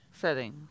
setting